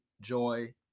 joy